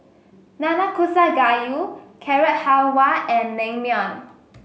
Nanakusa Gayu Carrot Halwa and Naengmyeon